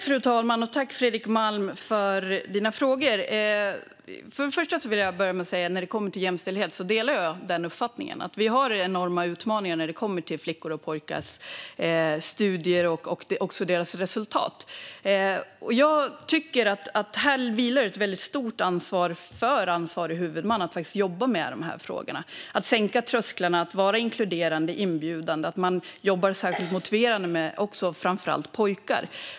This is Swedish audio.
Fru talman! Jag tackar Fredrik Malm för frågorna. Jag vill börja med att säga att när det gäller jämställdhet delar jag uppfattningen att vi har enorma utmaningar när det kommer till flickors och pojkars studier och deras resultat. Här vilar ett stort ansvar på ansvarig huvudman att jobba med att sänka trösklarna, att vara inkluderande och inbjudande och att jobba särskilt motiverande med framför allt pojkar.